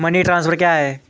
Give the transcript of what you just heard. Money transfer क्या है?